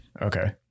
Okay